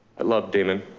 i loved damon.